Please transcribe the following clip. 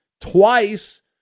twice